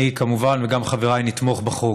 אני, כמובן, וגם חבריי נתמוך בחוק.